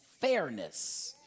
fairness